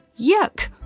Yuck